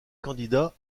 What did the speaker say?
candidat